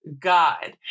God